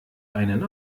einen